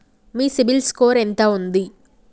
మీ CIBIL score ఎంత ఉంది?